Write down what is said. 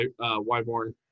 Wyborn